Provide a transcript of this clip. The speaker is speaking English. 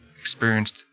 experienced